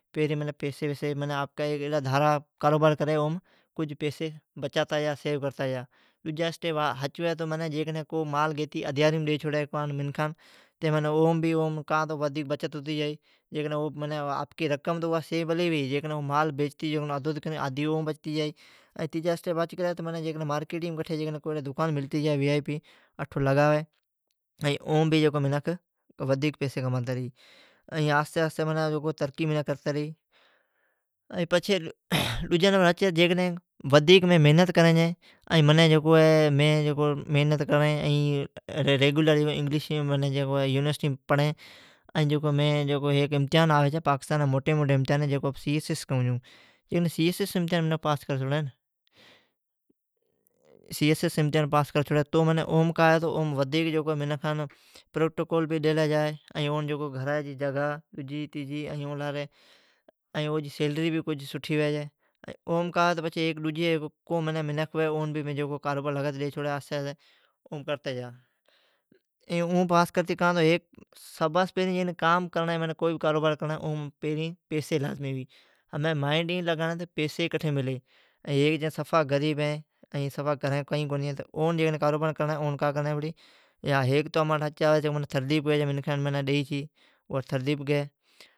پھریں پئسی بیسیم آپکا دھارا کاروبار کریں۔ کج پیسی بچاتا جا۔ ھچ ھوی تو کو مال گیتی ادھیاریم ڈی چھوڑی۔ اوم ودھیک بچت ھتی جائی۔ آپکی رقم پلی رھی۔ آدھی اوم بچتی جائی۔ تیجا ھا تو کو دکان ملتی جا تو لگاوی۔ اوم ودھیک پئسی کماوی۔ آھستی ترقی کرتا رھی۔ ودھیک میں محنت کریں چھیں، این یونیورسٹیم پڑیں۔ ھیک پاکستانا جی موٹی امتحاں آوی چھی۔ ایں امتحاں پاس کر چھوڑیں۔ اوم ودھیک پرٹکول ڈیلی جا چھی۔ او جی پگھار بہ سٹھی ھوی چھی۔ ڈجی منکھ ھوی اون کاروبار لگاتی ڈی چھوڑی۔ اوں پاس کرتی جا۔ کو کام کرنڑی ھوی تو پئسی لازمی ھوی۔ پئسی کٹھی ملی۔ ھیک غریب ھی۔ گھریں کئیں کو ھی۔ اون کاروبار کرنڑا ھی۔ کا کرنڑی پڑی۔ ھیک تھر دیپ ھی، منکھان ڈئی چھی، ائا تھر دیپ گی۔